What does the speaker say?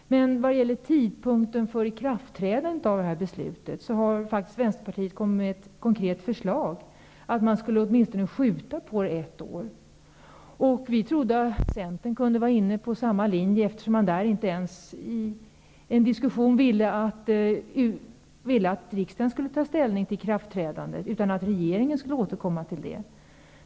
Men när det gäller tidpunkten för ikraftträdandet av detta beslut har faktiskt Vänsterpartiet kommit med ett konkret förslag om att man skulle uppskjuta det hela ett år. Vi trodde att Centern kunde vara inne på samma linje, eftersom Centern i en diskussion inte ens ville att riksdagen skulle ta ställning till ikraftträdandet utan att regeringen skulle återkomma till det.